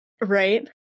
right